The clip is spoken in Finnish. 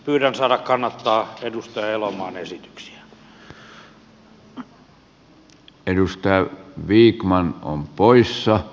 pyydän saada kannattaa edustaja elomaan esityksiä